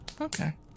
Okay